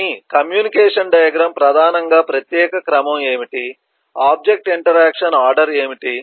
కానీ communication diagram ప్రధానంగా ప్రత్యేక క్రమం ఏమిటి ఆబ్జెక్ట్ ఇంటరాక్షన్ ఆర్డర్ ఏమిటి